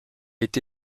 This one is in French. été